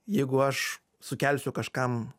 jeigu aš sukelsiu kažkam